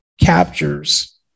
captures